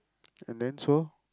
and then so